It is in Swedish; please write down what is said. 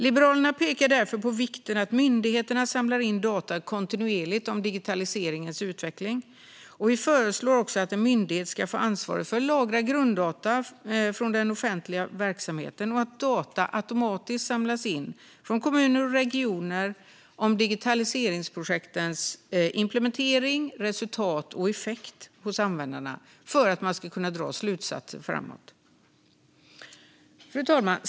Liberalerna pekar därför på vikten av att myndigheterna samlar in data kontinuerligt om digitaliseringens utveckling. Vi föreslår också att en myndighet ska få ansvaret för att lagra grunddata från den offentliga verksamheten och att data automatiskt ska samlas in från kommuner och regioner om digitaliseringsprojektens implementering, resultat och effekt hos användarna, för att man ska kunna dra slutsatser framöver. Fru talman!